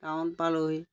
town পালোহি